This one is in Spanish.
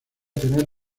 tener